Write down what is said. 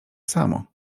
samo